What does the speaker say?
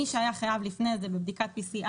מי שהיה חייב לפני הטיסה בבדיקת PCR